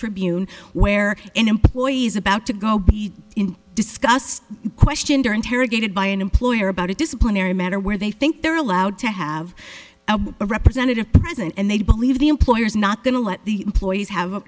tribune where employees about to go in disgust questioned or interrogated by an employer about a disciplinary matter where they think they're allowed to have a representative present and they believe the employer is not going to let the employees have